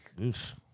Oof